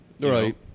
Right